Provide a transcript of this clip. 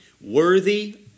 Worthy